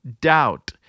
doubt